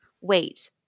wait